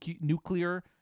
nuclear